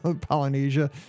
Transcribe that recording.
Polynesia